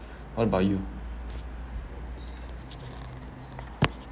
what about you